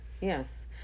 Yes